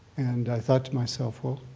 and i thought to myself, well,